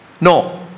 no